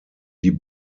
die